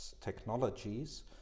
technologies